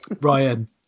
Ryan